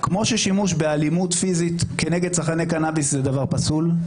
כמו ששימוש באלימות פיזית נגד צרכני קנאביס זה דבר פסול,